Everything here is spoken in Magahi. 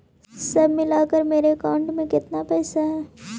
सब मिलकर मेरे अकाउंट में केतना पैसा है?